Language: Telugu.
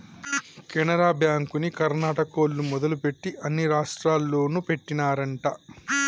కెనరా బ్యాంకుని కర్ణాటకోల్లు మొదలుపెట్టి అన్ని రాష్టాల్లోనూ పెట్టినారంట